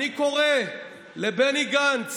אני קורא לבני גנץ